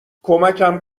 کمکم